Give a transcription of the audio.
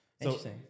Interesting